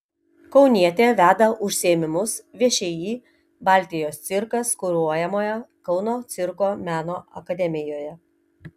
kaunietė veda užsiėmimus všį baltijos cirkas kuruojamoje kauno cirko meno akademijoje